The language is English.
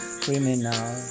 criminal